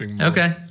Okay